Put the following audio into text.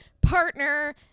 partner